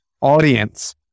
audience